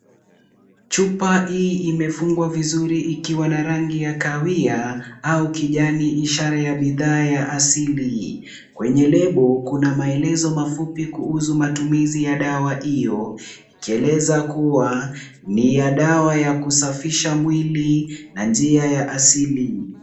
Chupa hii imefungwa vizuri ikiwa na rangi ya kahawia au kijani ishara ya bidhaa ya asili. Kwenye lebo kuna maelezo mafupi kuhusu matumizi ya dawa hiyo, ikieleza kuwa ni ya dawa ya kusafisha mwili na njia ya asili.